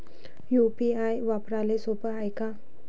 UPI वापराले सोप हाय का?